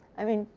i mean,